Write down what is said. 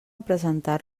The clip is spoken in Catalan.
presentar